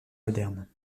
moderne